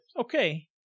Okay